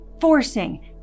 forcing